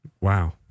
Wow